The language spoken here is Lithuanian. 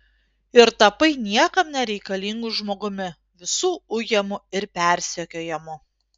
ir tapai niekam nereikalingu žmogumi visų ujamu ir persekiojamu